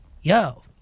yo